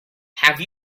have